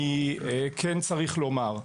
אני כן צריך לומר,